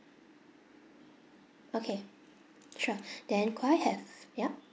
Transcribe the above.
okay sure then could I have yup